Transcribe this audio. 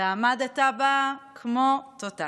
ועמדת בה כמו תותח.